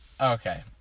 Okay